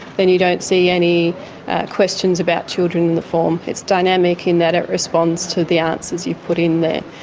then you don't see any questions about children in the form. it's dynamic in that it responds to the answers you've put in there.